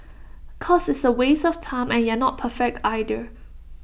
cause it's A waste of time and you're not perfect either